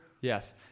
yes